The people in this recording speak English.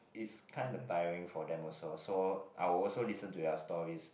it's kinda tiring for them also so I will also listen to their stories